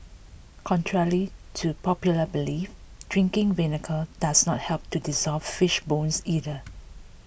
contrary to popular belief drinking vinegar does not help to dissolve fish bones either